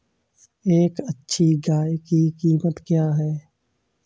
एक अच्छी गाय की कीमत क्या है?